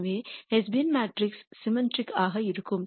எனவே Hessian matrix symmetric ஆக இருக்கும்